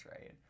right